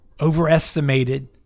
overestimated